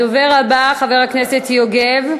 הדובר הבא, חבר הכנסת יוגב.